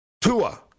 Tua